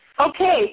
Okay